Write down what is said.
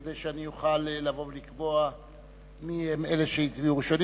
כדי שאני אוכל לבוא ולקבוע מיהם אלה שהצביעו ראשונים.